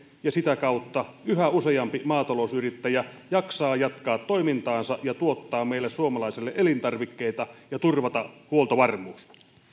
ja sitä kautta yhä useampi maatalousyrittäjä jaksaa jatkaa toimintaansa ja tuottaa meille suomalaisille elintarvikkeita ja turvata huoltovarmuutta